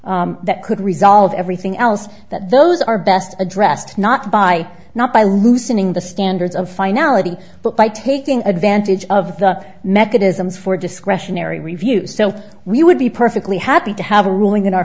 could that could resolve everything else that those are best addressed not by not by loosening the standards of finality but by taking advantage of the mechanisms for discretionary review so we would be perfectly happy to have a ruling in our